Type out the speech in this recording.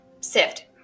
sift